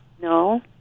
No